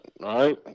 Right